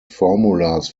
formulas